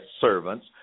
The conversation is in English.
servants